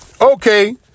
okay